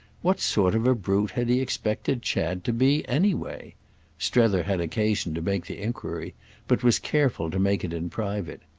what sort of a brute had he expected chad to be, anyway strether had occasion to make the enquiry but was careful to make it in private.